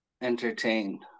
entertained